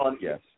Yes